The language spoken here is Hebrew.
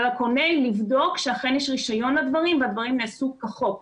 ועל הקונה לבדוק שאכן יש רישיון לדברים והדברים נעשו כחוק.